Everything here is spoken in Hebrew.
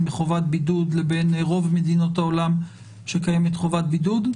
בחובת בידוד לבין רוב מדינות העולם שקיימת חובת בידוד?